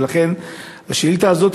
ולכן השאילתה הזאת,